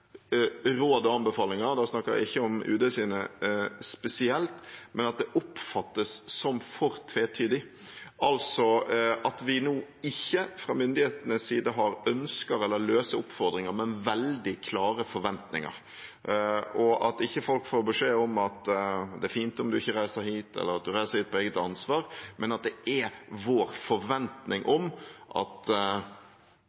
og anbefalinger – og da snakker jeg ikke om UDs spesielt – oppfattes som for tvetydige – altså at vi fra myndighetenes side ikke har ønsker eller løse oppfordringer, men veldig klare forventninger, og at folk ikke får beskjed om at det er fint om en ikke reiser dit, eller at en reiser dit på eget ansvar, men at det er vår forventning